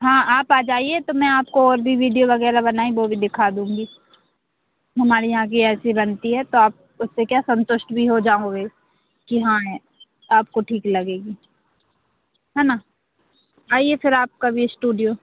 हाँ आप आ जाइये तो मैं आपको और भी वीडियो वागैरह बनाये वो भी दिखा दूँगी हमारे यहाँ भी ऐसी बनती है तो आप उससे क्या संतुष्ट भी हो जाओगे कि हाँ है आपको ठीक लगेगी हैना आइये फिर आप कभी स्टूडियो